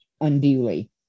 unduly